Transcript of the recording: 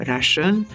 Russian